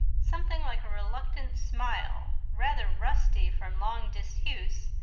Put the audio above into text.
something like a reluctant smile, rather rusty from long disuse,